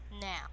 now